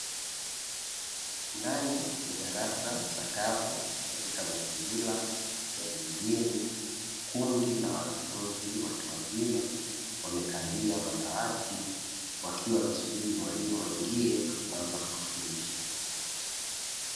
Ndani ya darasa chakavu katika mazingira ya vijijini, kundi la wanafunzi watu wazima wamekalia madawati wakiwa wanasubiri mwalimu aingie na kuanza kuwafundisha.